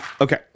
Okay